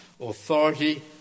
authority